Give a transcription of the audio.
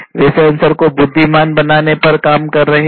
वे sensor को बुद्धिमान बनाने पर काम कर रहे हैं